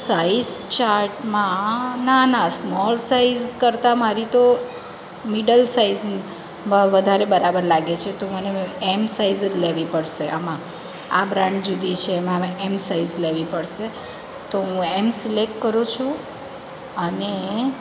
size ચાર્ટમાં નાના small size કરતાં મારી તો મિડલ સાઇઝ વધારે બરાબર લાગે છે તો મને એમ સાઇઝ જ લેવી પડશે આમાં આ બ્રાન્ડ જુદી છે એમાં મેં એમ સાઇઝ લેવી પડશે તો હું એમ સિલેક્ટ કરું છું અને